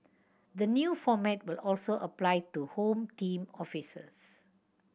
the new format will also apply to Home Team officers